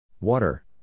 Water